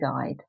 guide